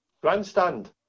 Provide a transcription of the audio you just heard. grandstand